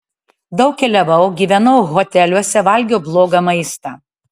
daug keliavau gyvenau hoteliuose valgiau blogą maistą